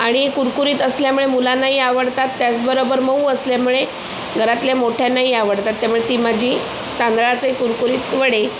आणि कुरकुरीत असल्यामुळे मुलांनाही आवडतात त्याचबरोबर मऊ असल्यामुळे घरातल्या मोठ्यानाही आवडतात त्यामुळे ती माझी तांदळाचे कुरकुरीत वडे